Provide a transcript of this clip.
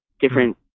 different